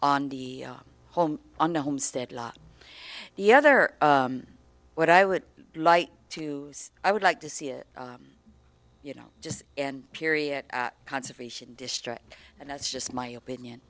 on the home on the homestead lot the other what i would like to i would like to see it you know just in period conservation district and that's just my opinion